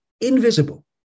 invisible